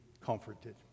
comforted